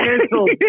canceled